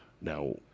Now